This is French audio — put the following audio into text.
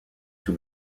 sous